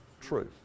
truth